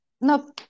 No